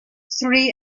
three